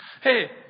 Hey